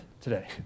today